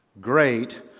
great